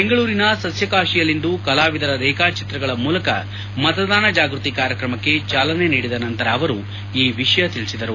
ಬೆಂಗಳೂರಿನ ಸಸ್ತಕಾಶಿಯಲ್ಲಿಂದು ಕಲಾವಿದರ ರೇಖಾ ಚಿತ್ರಗಳ ಮೂಲಕ ಮತದಾನ ಜಾಗೃತಿ ಕಾರ್ಯಕ್ರಮಕ್ಕೆ ಚಾಲನೆ ನೀಡಿದ ನಂತರ ಅವರು ಈ ವಿಷಯ ತಿಳಿಸಿದರು